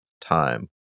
time